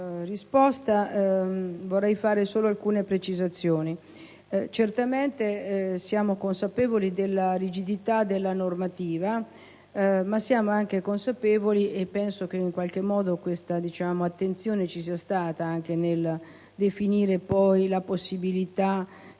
risposta. Vorrei svolgere alcune precisazioni. Certamente siamo consapevoli della rigidità della normativa, ma siamo anche consapevoli (e penso che in qualche modo questa attenzione vi sia stata nel definire poi la possibilità